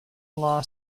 law